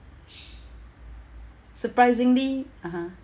surprisingly (uh huh)